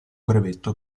brevetto